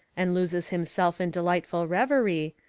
and loses himself in delightful reverie,